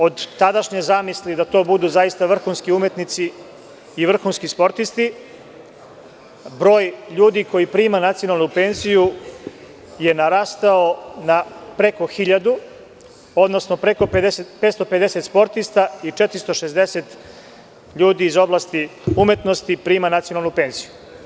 Od tadašnje zamisli da to budu zaista vrhunsku umetnici i vrhunski sportisti, broj ljudi koji prima nacionalnu penziju je narastao na preko 1.000, odnosno preko 550 sportista i 460 ljudi iz oblasti umetnosti prima nacionalnu penziju.